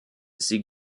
sie